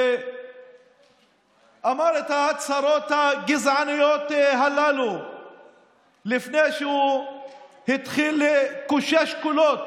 ואמר את ההצהרות הגזעניות הללו לפני שהוא התחיל לקושש קולות